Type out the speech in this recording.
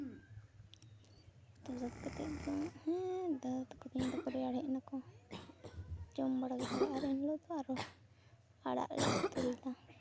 ᱩᱛᱩ ᱥᱟᱹᱛ ᱠᱟᱛᱮ ᱫᱚ ᱦᱮᱸ ᱫᱟᱫᱟ ᱛᱟᱠᱚ ᱛᱮᱭᱟᱝ ᱛᱟᱠᱚ ᱨᱮᱭᱟᱲ ᱦᱮᱡ ᱱᱟᱠᱚ ᱡᱚᱢ ᱵᱟᱲᱟ ᱠᱮᱫᱟᱞᱮ ᱟᱨ ᱮᱱ ᱦᱤᱞᱳᱜ ᱫᱚ ᱟᱨᱚ ᱟᱲᱟᱜ ᱞᱮ ᱤᱛᱤ ᱞᱮᱫᱟ